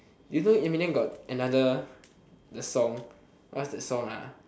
you know Eminem got another the song what's that song ah